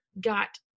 got